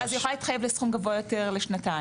אז היא יכולה להתחייב לסכום גבוה יותר לשנתיים.